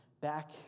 back